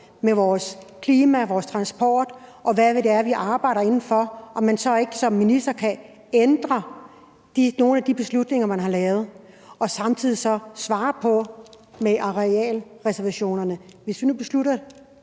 med vores klima, vores transport, og hvad vi arbejder inden for – om man ikke som minister kan ændre nogle af de beslutninger, man har lavet, og samtidig svare vedrørende arealreservationerne: Kan vi nu beslutte,